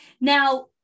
Now